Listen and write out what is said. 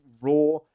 raw